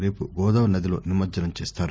రేపు గోదావరి నదిలో నిమజ్జనం చేస్తారు